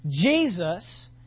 Jesus